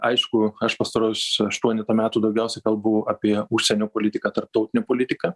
aišku aš pastaruosius aštuonetą metų daugiausia kalbu apie užsienio politiką tarptautinę politiką